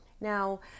Now